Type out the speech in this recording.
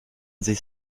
sich